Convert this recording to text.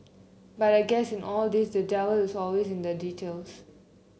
but I guess in all this the devil is always in the details